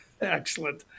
Excellent